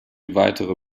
weitere